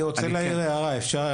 אני רוצה להעיר הערה, אפשר?